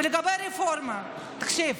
ולגבי הרפורמה, תקשיב.